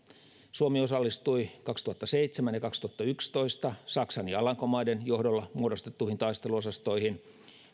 suomi osallistui kaksituhattaseitsemän ja kaksituhattayksitoista saksan ja alankomaiden johdolla muodostettuihin taisteluosastoihin